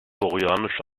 koreanische